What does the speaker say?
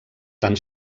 tan